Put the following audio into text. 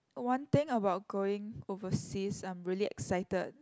one thing about going overseas I'm really excited